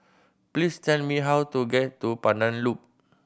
please tell me how to get to Pandan Loop